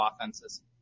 offenses